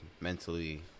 mentally